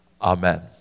Amen